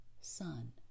sun